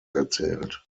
erzählt